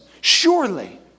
Surely